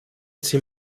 sie